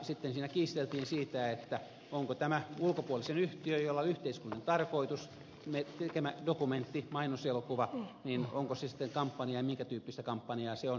sitten siinä kiisteltiin siitä onko tämä ulkopuolisen yhtiön jolla on yhteiskunnallinen tarkoitus tekemä dokumentti mainoselokuva ja onko se sitten kampanja ja minkä tyyppistä kampanjaa se on